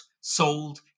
sold